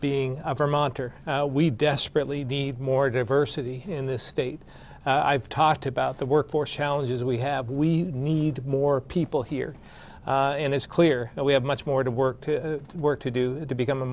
being a vermonter we desperately need more diversity in this state i've talked about the workforce challenges we have we need more people here and it's clear that we have much more to work to work to do to become a